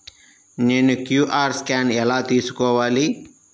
నేను QR scan ఎలా తీసుకోవాలి?